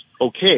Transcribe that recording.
okay